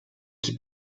que